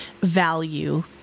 value